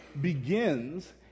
begins